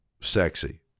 sexy